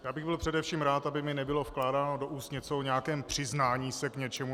Já bych byl především rád, aby mi nebylo vkládáno do úst něco o nějakém přiznání se k něčemu.